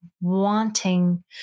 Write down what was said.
wanting